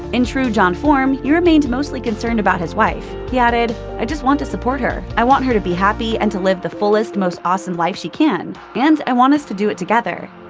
in true john form, he remained mostly concerned about his wife. he added, i just want to support her. i want her to be happy and to live the fullest, most awesome life she can, and i want us to do it together.